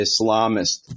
Islamist